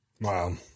Wow